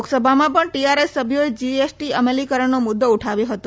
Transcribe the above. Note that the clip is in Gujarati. લોકસભામાં પણ ટીઆરએસ સભ્યોએ જીએસટી અમલીકરણનો મુદ્દો ઉઠાવ્યો હતો